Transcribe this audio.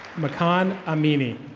macan amene.